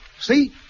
See